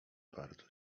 bardzo